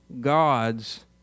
God's